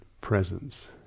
presence